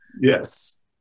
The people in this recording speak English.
Yes